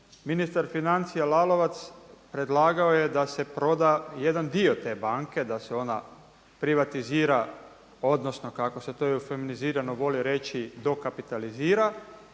ministar financija Lalovac predlagao je da se proda jedan dio te banke, da se ona privatizira, odnosno kako se to i feminizirano voli reći dokapitalizira.